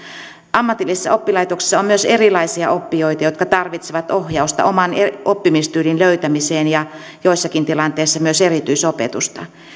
ammatillisissa oppilaitoksissa on myös erilaisia oppijoita jotka tarvitsevat ohjausta oman oppimistyylin löytämiseen ja joissakin tilanteissa myös erityisopetusta